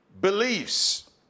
beliefs